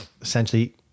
essentially